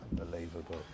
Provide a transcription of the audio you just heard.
Unbelievable